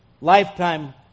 lifetime